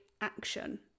action